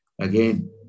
Again